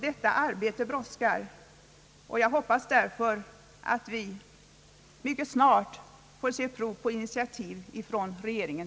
Detta arbete brådskar, och jag hoppas därför att vi mycket snart får se prov på initiativ från regeringen.